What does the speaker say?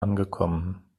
angekommen